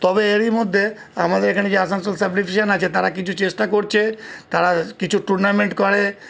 তবে এরই মধ্যে আমাদের এখানে যে আসানসোল সাব ডিভিশান আছে তারা কিছু চেষ্টা করছে তারা কিছু টুর্নামেন্ট করে